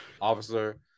officer